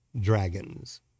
dragons